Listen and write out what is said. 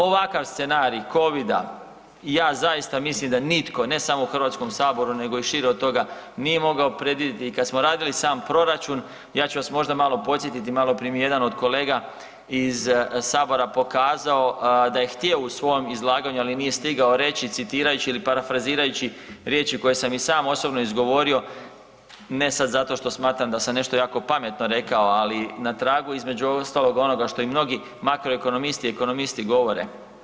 Ovakav scenarij Covida i ja zaista mislim da nitko ne samo u Hrvatskom saboru nego i šire od toga nije mogao predvidjeti kad smo radili sam proračun ja ću vas možda malo podsjetiti, maloprije mi je jedan od kolega iz sabora pokazao da je htio u svojem izlaganju ali nije stigao reći citirajući ili parafrazirajući riječi koje sam i sam osobno izgovorio, ne sad zato što smatram da sam nešto jako pametno rekao, ali na tragu između ostaloga onoga što i mnogi makroekonomisti i ekonomisti govore.